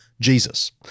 Jesus